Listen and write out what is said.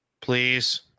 Please